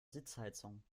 sitzheizung